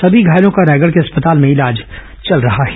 सभी घायलों का रायगढ़ के अस्पताल में इलाज चल रहा है